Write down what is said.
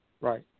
Right